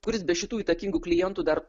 kuris be šitų įtakingų klientų dar